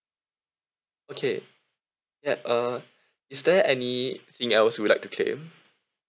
okay yup uh is there anything else you'd like to claim